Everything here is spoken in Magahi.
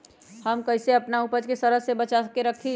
हम कईसे अपना उपज के सरद से बचा के रखी?